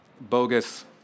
bogus